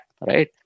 right